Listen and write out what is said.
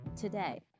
today